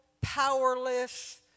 powerless